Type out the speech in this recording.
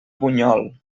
bunyol